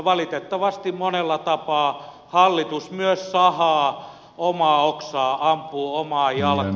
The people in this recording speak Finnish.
valitettavasti monella tapaa hallitus myös sahaa omaa oksaa ampuu omaan jalkaan